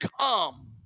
come